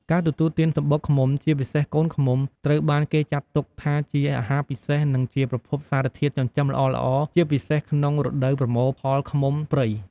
ការទទួលទានសំបុកឃ្មុំ ជាពិសេសកូនឃ្មុំ ត្រូវបានគេចាត់ទុកថាជាអាហារពិសេសនិងជាប្រភពសារធាតុចិញ្ចឹមល្អៗ ជាពិសេសក្នុងរដូវប្រមូលផលឃ្មុំព្រៃ។